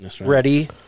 ready